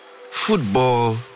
Football